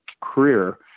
career